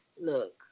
look